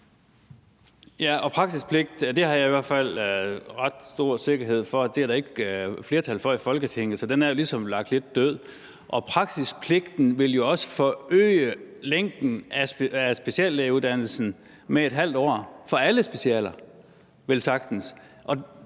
Larsen (KF): Der er med stor sikkerhed ikke flertal for praksispligt i Folketinget, så den er ligesom lagt lidt død. Praksispligten vil jo også forøge længden af speciallægeuddannelsen med et halvt år for velsagtens alle specialer.